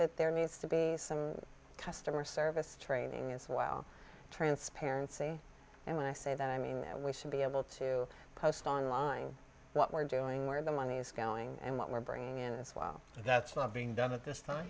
that there needs to be some customer service training as well transparency and when i say that i mean that we should be able to post on line what we're doing where the money's going and what we're bringing in this well that's not being done at this time